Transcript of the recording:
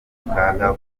kaga